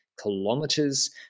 kilometers